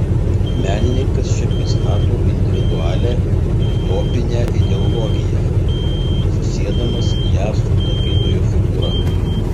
menininkas čia pristato individualią utopinę ideologiją susiedamas ją su tapytojo figūra